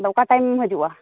ᱟᱫᱚ ᱚᱠᱟ ᱴᱟᱭᱤᱢᱮᱢ ᱦᱤᱡᱩᱜᱼᱟ